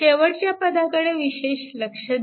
शेवटच्या पदाकडे विशेष लक्ष द्या